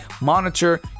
monitor